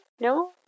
No